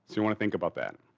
you want to think about that.